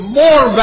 more